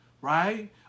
right